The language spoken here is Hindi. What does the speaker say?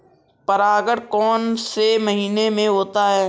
परागण कौन से महीने में होता है?